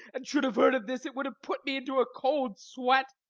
and should have heard of this, it would have put me into a cold sweat.